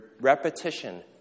repetition